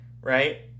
right